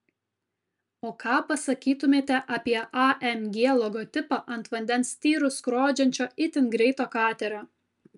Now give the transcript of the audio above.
o ką pasakytumėte apie amg logotipą ant vandens tyrus skrodžiančio itin greito katerio